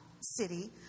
city